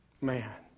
Man